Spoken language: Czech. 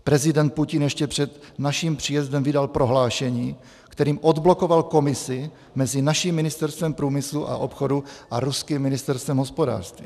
Prezident Putin ještě před naším příjezdem vydal prohlášení, kterým odblokoval komisi mezi naším Ministerstvem průmyslu a obchodu a ruským Ministerstvem hospodářství.